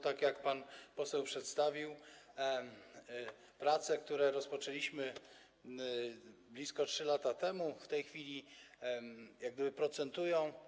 Tak jak pan poseł przedstawił, prace, które rozpoczęliśmy blisko 3 lata temu, w tej chwili jakby procentują.